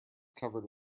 covered